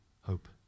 hope